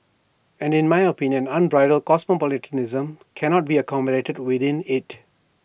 and in my opinion unbridled cosmopolitanism cannot be accommodated within IT